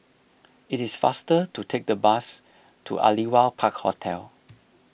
it is faster to take the bus to Aliwal Park Hotel